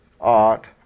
art